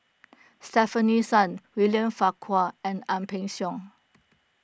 Stefanie Sun William Farquhar and Ang Peng Siong